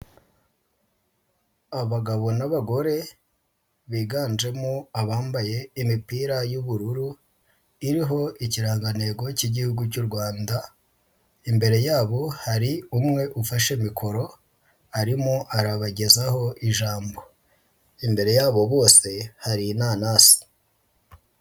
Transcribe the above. Abagabo n'abagore biganjemo abambaye imipira y'ubururu iriho ikirangantego cy'Igihugu cy'u Rwanda, imbere yabo hari umwe ufashe mikoro arimo arabagezaho ijambo, imbere yabo bose hari inanasi.